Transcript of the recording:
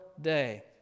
day